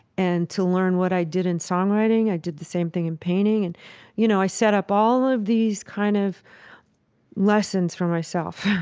and to learn what i did in songwriting. i did the same thing in painting. and you know, i set up all of these kind of lessons for myself.